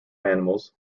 animals